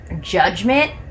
judgment